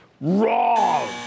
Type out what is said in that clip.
Wrong